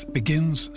begins